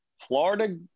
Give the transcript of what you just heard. Florida